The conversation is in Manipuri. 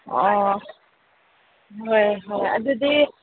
ꯑꯣ ꯍꯣꯏ ꯍꯣꯏ ꯑꯗꯨꯗꯤ